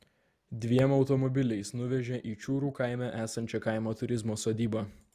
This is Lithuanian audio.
dviem automobiliais nuvežė į čiūrų kaime esančią kaimo turizmo sodybą